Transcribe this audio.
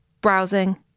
browsing